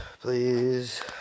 please